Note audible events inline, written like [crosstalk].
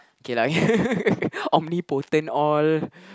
okay lah [laughs] only all